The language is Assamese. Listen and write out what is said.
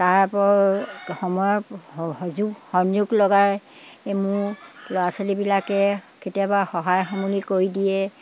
তাৰপৰা সময়ৰ সুযোগ সংযোগ লগাই এই মোৰ ল'ৰা ছোৱালীবিলাকে কেতিয়াবা সহায় সামোলি কৰি দিয়ে